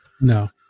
no